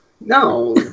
No